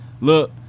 look